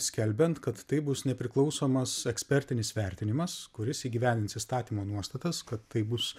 skelbiant kad tai bus nepriklausomas ekspertinis vertinimas kuris įgyvendins įstatymo nuostatas kad tai bus